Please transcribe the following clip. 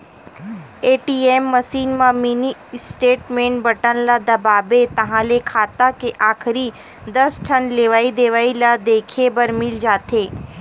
ATM machine म mini statement button ल दबाबे ताहाँले खाता के आखरी दस ठन लेवइ देवइ ल देखे बर मिल जाथे